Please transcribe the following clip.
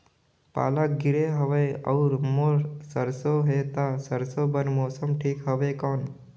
पाला गिरे हवय अउर मोर सरसो हे ता सरसो बार मौसम ठीक हवे कौन?